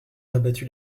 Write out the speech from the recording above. rabattu